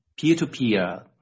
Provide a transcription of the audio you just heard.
Peer-to-Peer